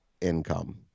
income